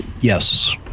yes